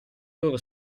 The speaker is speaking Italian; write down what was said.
loro